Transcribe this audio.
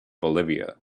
bolivia